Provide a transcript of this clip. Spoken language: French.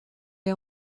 les